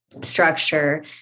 structure